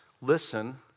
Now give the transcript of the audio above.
listen